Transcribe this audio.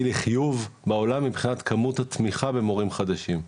לחיוב בעולם מבחינת כמות התמיכה במורים חדשים.